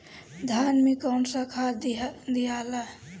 धान मे कौन सा खाद दियाला?